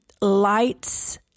lights